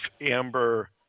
Amber